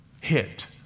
hit